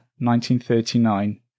1939